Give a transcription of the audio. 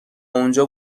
اونجا